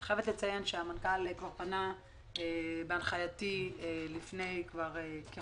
אני חייבת לציין שהמנכ"ל כבר פנה בהנחייתי לפני כחודשיים,